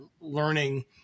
learning